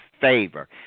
favor